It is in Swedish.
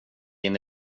inne